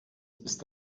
ist